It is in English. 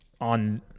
on